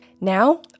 Now